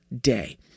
day